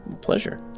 pleasure